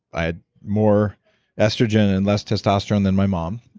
i had more estrogen and less testosterone than my mom